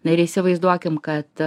na ir įsivaizduokim kad